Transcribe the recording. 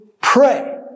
pray